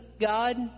God